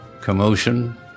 commotion